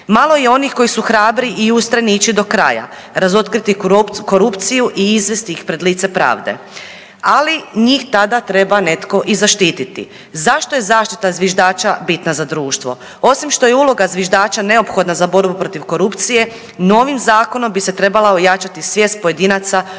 Malo je onih koji su hrabri i ustrajni ići do kraja, razotkriti korupciju i izvesti ih pred lice pravde. Ali njih tada treba netko i zaštititi. Zašto je zaštita zviždača bitna za društvo? Osim što je uloga zviždača neophodna za borbu protiv korupcije novim zakonom bi se trebala ojačati svijest pojedinaca o